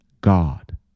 God